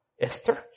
Esther